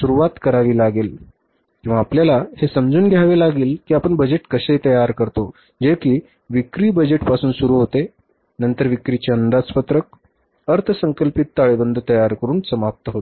सुरवात करावी लागेल किंवा आपल्याला हे समजून घ्यावे लागेल की आपण बजेट कसे तयार करतो जे कि विक्री बजेटपासून सुरू होते नंतर विक्रीचे अंदाजपत्रक आणि अर्थसंकल्पित ताळेबंद तयार करून समाप्ती होते